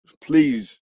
please